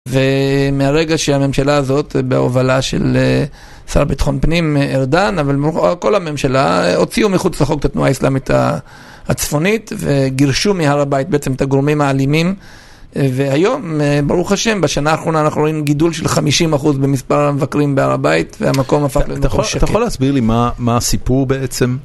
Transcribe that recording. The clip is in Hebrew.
ומהרגע שהממשלה הזאת בהובלה של שר ביטחון פנים, ארדן, אבל כל הממשלה הוציאו מחוץ לחוק את התנועה האסלאמית הצפונית וגירשו מהר הבית בעצם את הגורמים האלימים. והיום, ברוך השם, בשנה האחרונה אנחנו רואים גידול של 50% במספר המבקרים בהר הבית והמקום הפך לנורא שקט. אתה יכול להסביר לי מה הסיפור בעצם?